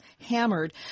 hammered